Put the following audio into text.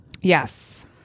Yes